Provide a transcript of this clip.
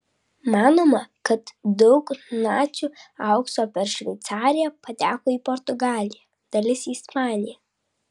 manoma kad daug nacių aukso per šveicariją pateko į portugaliją dalis į ispaniją